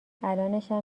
الانشم